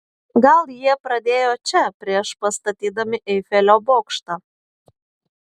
gal jie pradėjo čia prieš pastatydami eifelio bokštą